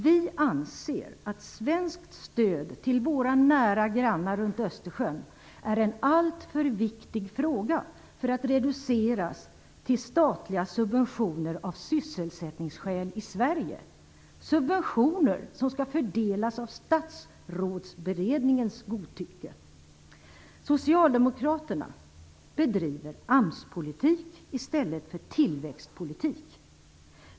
Vi anser att svenskt stöd till våra nära grannar runt Östersjön är en alltför viktig fråga för att reduceras till statliga subventioner av sysselsättningsskäl i Socialdemokraterna bedriver AMS-politik i stället för tillväxtpolitik.